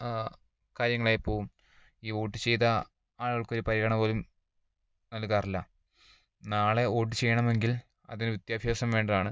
കാര്യങ്ങളായിപ്പോവും ഈ വോട്ട് ചെയ്ത ആൾക്കൊരു പരിഗണന പോലും നൽകാറില്ല നാളെ വോട്ട് ചെയ്യണമെങ്കിൽ അതിന് വിദ്യാഭ്യാസം വേണ്ടതാണ്